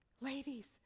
Ladies